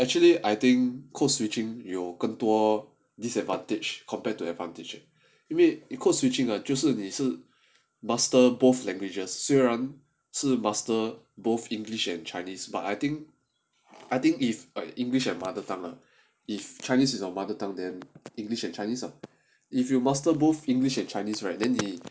actually I think code switching 有更多 disadvantage compared to advantage 因为 code switching ah 就是你是 master both languages 虽然是 master both english and chinese but I think I think if like english and mother tongue if chinese is our mother tongue then english and chinese ah if you master both english and chinese right then 你